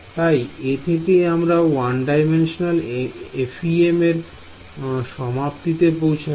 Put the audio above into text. তাই এ থেকেই আমরা 1D FEM এর সমাপ্তিতে পৌছালাম